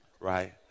right